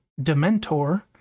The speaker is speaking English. Dementor